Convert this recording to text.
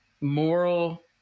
moral